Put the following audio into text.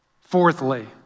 Fourthly